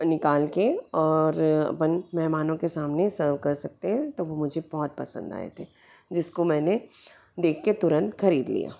निकाल के और अपन मेहमानों के सामने सर्व कर सकते हैं तो वो मुझे बहुत पसंद आए थे जिस को मैंने देख के तुरंत ख़रीद लिया